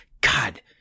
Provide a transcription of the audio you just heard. God